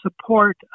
support